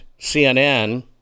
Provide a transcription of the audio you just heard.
CNN